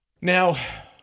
Now